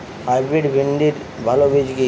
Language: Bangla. হাইব্রিড ভিন্ডির ভালো বীজ কি?